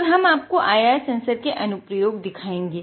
और हम आपको IR सेंसर का अनुप्रयोग दिखायेंगे